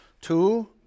two